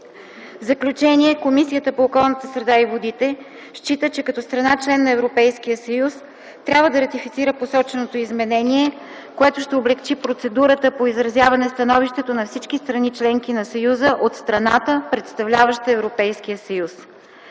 В заключение, Комисията по околната среда и водите счита, че като страна – член на Европейския съюз, трябва да ратифицира посоченото изменение, което ще облекчи процедурата по изразяване становището на всички страни – членки на Съюза, от страната, представляваща Европейския съюз.